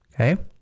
Okay